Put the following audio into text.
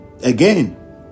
Again